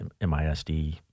MISD